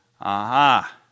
Aha